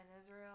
Israel